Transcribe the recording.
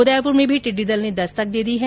उदयपुर में भी टिड़डी दल ने दस्तक दे दी है